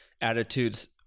attitudes